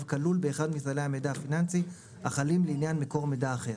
כלול באחד מסלי המידע הפיננסי החלים לעניין מקור מידע אחר,